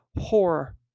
horror